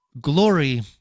glory